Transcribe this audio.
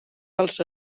dels